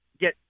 get